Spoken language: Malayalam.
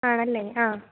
ആണല്ലേ ആ